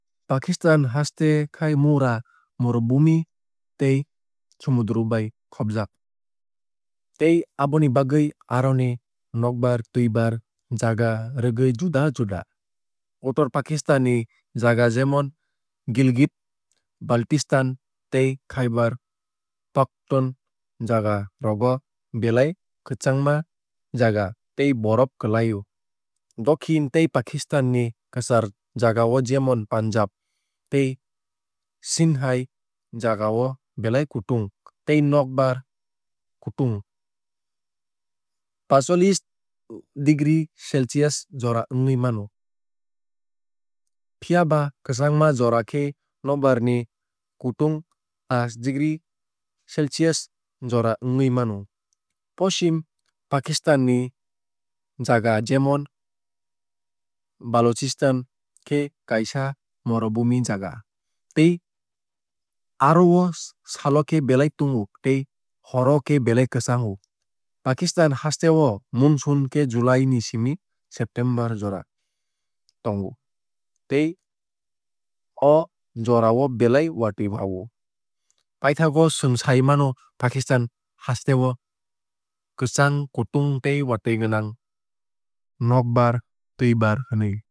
Pakistan haste khai mura morubhumi tei somudro bai khopjak tei aboni bagwui aroni nokbar twuibar jaga rwgui juda juda. Uttor pakistan ni jaga jemon gilgit baltistan tei khybar pakhtun jaga rogo belai kwchangma jaga tei borof kwlai o. Dokhin tei pakistan ni kwchar jagao jemon punjab tei sindh hai jagao belai kutung tei nokbar kutung pacholiish degree celcius jora wngwui mano. Phiaba kwchangma jora khe nokbar ni kutung pash degree celcius jora wngwui mano. Poschim pakistang ni jaga jemon balochistan khe kaisa morubhumi jaga tei aro o salo khe belai tungo tei hor o khe belai kwchango. Pakistan haste o monsoon khe july ni simi september jora tongo tei o jora o belai watui wa o. Pithakgo chwng sai mano pakistan haste o kwchang kutung tei watui gwnang nokbar twuibar hinui..